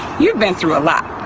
you've been through a lot